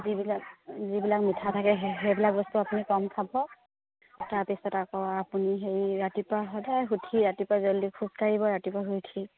যিবিলাক যিবিলাক মিঠা থাকে সেই সেইবিলাক বস্তু আপুনি কম খাব তাৰপিছত আকৌ আপুনি হেৰি ৰাতিপুৱা সদায় উঠি ৰাতিপুৱা জল্দি খোজকাঢ়িব ৰাতিপুৱা শুই উঠি